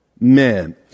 Man